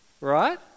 right